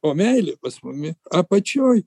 o meilė pas mumi apačioj